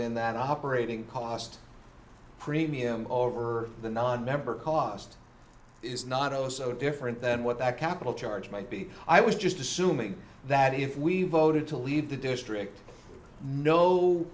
in that operating cost premium over the nonmember cost is not also different than what that capital charge might be i was just assuming that if we voted to leave the district no